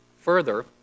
further